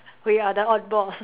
we are the odd balls